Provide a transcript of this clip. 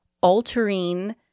altering